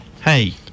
Hey